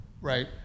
right